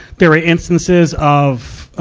there were instances of,